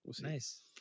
Nice